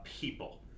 people